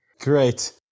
Great